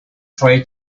try